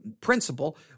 principle